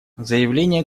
заявление